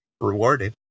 rewarded